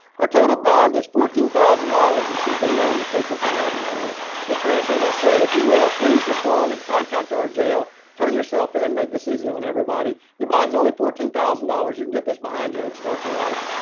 her total bond is fourteen thousand dollars, and she's been known to frequent the melbourne area ms. schranz as i said, if you will please just go on and contact our jail turn yourself in, make this easy on everybody. your bond is only fourteen thousand dollars, you can get this behind you and start your life,